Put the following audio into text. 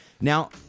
Now